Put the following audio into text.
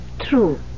True